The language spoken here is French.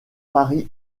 paris